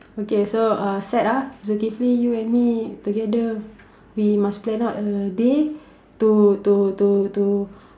okay so uh set ah Zukifli you and me together we must plan out a day to to to to